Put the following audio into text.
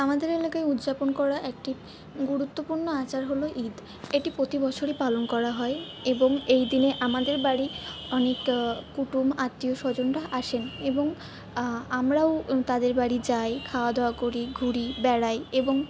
আমাদের এলাকায় উদ্যাপন করা একটি গুরুত্বপূর্ণ আচার হল ঈদ এটি প্রতি বছরই পালন করা হয় এবং এই দিনে আমাদের বাড়ি অনেক কুটুম আত্মীয় স্বজনরা আসেন এবং আমরাও তাদের বাড়ি যাই খাওয়া দাওয়া করি ঘুরি বেড়াই এবং